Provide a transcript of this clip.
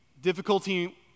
difficulty